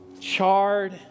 charred